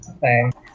Thanks